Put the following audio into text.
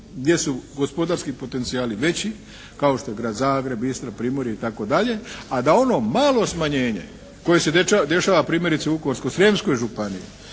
gdje su gospodarski potencijali veći kao što je Grad Zagreb, Istra, primorje itd., a da ono malo smanjenje koje se dešava primjerice u Vukovarsko-srijemskoj županiji